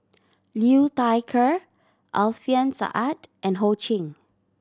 Liu Thai Ker Alfian Sa'at and Ho Ching